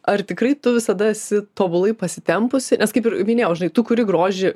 ar tikrai tu visada esi tobulai pasitempusi nes kaip ir minėjau žinai tu kuri grožį